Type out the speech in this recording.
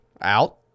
out